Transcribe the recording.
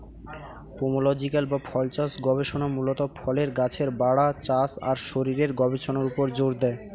pomological বা ফলচাষ গবেষণা মূলত ফলের গাছের বাড়া, চাষ আর শরীরের গবেষণার উপর জোর দেয়